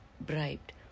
bribed